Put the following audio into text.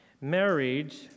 Marriage